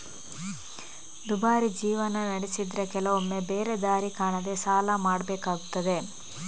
ದುಬಾರಿ ಜೀವನ ನಡೆಸಿದ್ರೆ ಕೆಲವೊಮ್ಮೆ ಬೇರೆ ದಾರಿ ಕಾಣದೇ ಸಾಲ ಮಾಡ್ಬೇಕಾಗ್ತದೆ